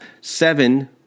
Seven